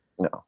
No